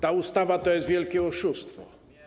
Ta ustawa to jest wielkie oszustwo.